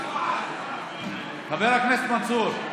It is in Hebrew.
חבר הכנסת מנסור,